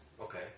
Okay